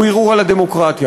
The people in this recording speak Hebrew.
הוא ערעור על הדמוקרטיה.